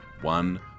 one